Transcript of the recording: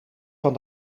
van